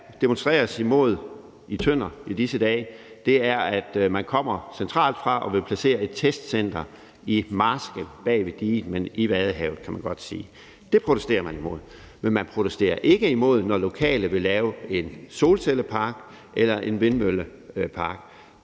demonstreres imod i Tønder i disse dage, er, at man kommer centralt fra og vil placere et testcenter i marsken bag ved diget, men i Vadehavet, kan man godt sige. Det protesterer man imod. Men man protesterer ikke imod, at lokale vil lave en solcellepark eller en vindmøllepark.